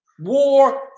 War